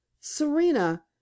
serena